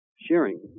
sharing